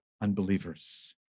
unbelievers